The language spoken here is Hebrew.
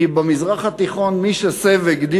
כי במזרח התיכון מי שהוא שה וגדי,